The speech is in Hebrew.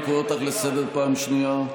אני קורא אותך לסדר פעם שנייה.